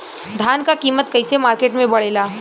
धान क कीमत कईसे मार्केट में बड़ेला?